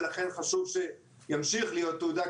ולכן חשוב שימשיך להיות תעודה,